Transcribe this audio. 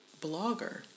blogger